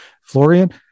Florian